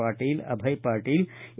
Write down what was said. Patil Abhay Patil A